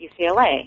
UCLA